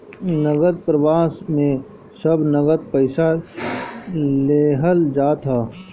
नगद प्रवाह में सब नगद पईसा लेहल जात हअ